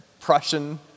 Prussian